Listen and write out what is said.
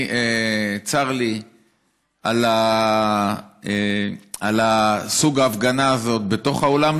צר לי על סוג ההפגנה הזאת בתוך האולם,